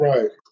Right